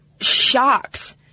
shocked